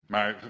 Maar